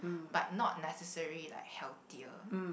but not necessary like healthy